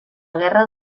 guerra